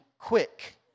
Quick